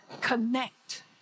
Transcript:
connect